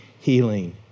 healing